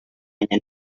baina